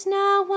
now